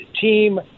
team